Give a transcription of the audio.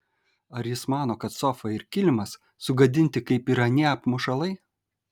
ar jis mano kad sofa ir kilimas sugadinti kaip ir anie apmušalai